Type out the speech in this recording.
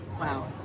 Wow